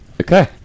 Okay